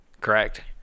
correct